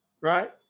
right